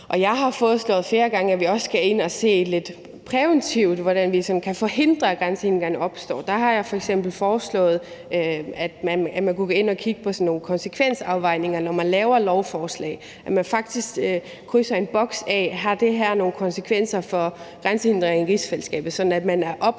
gange foreslået, at vi også skal ind at se lidt præventivt på, hvordan vi kan forhindre, at grænsehindringerne opstår. Der har jeg f.eks. foreslået, at man kunne gå ind at kigge på sådan nogle konsekvensafvejninger, når man laver lovforslag, så man faktisk krydser en boks af, hvor der står: Har det her nogen konsekvenser for grænsehindringer i rigsfællesskabet?